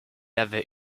avait